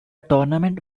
tournament